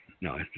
No